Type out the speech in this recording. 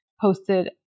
posted